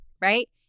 right